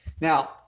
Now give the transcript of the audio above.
now